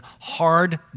hard